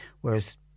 whereas